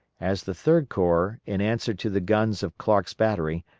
as the third corps, in answer to the guns of clark's battery,